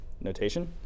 notation